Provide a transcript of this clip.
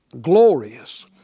glorious